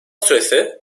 süresi